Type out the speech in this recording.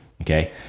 Okay